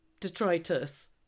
detritus